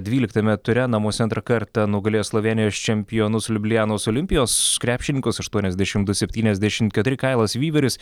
dvyliktame ture namuose antrą kartą nugalėjo slovėnijos čempionus liublianos olimpijos krepšininkus aštuoniasdešim du septyniasdešim keturi kailas vyveris